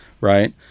right